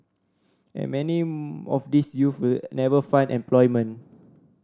and many of these youth never find employment